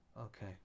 Okay